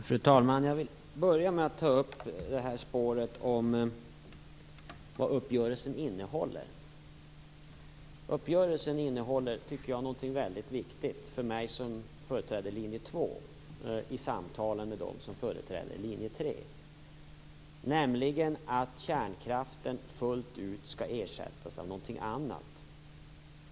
Fru talman! Jag vill ta upp spåret om vad uppgörelsen innehåller. Uppgörelsen innehåller något viktigt för mig som företräder linje 2 i samtal med dem som företräder linje 3, nämligen att kärnkraften fullt ut skall ersättas av något annat.